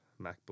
MacBook